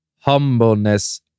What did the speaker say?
humbleness